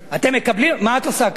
אתם מקבלים, מה את עושה ככה?